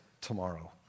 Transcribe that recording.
tomorrow